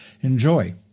Enjoy